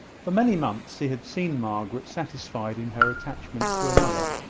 for many months he had seen margaret satisfied in her attachment to another